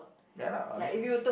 ya lah I mean